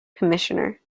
commissioner